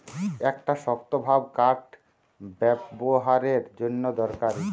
একটা শক্তভাব কাঠ ব্যাবোহারের জন্যে দরকারি